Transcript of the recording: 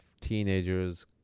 teenagers